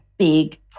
big